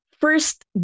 first